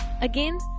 Again